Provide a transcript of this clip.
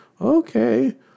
okay